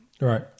right